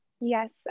Yes